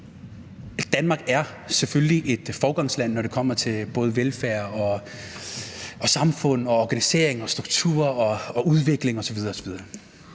Danmark er selvfølgelig et foregangsland, når det kommer til både velfærd, samfund, organisering, struktur, udvikling osv.